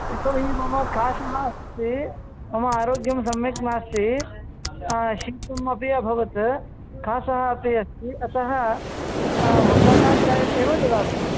यतो हि मम कासः अस्ति मम आरोग्यं सम्यक् नास्ति शीतः अपि अभवत् कासः अपि अस्ति अतः मसाला चायम् एव ददातु